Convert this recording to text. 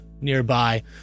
nearby